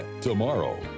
tomorrow